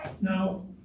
Now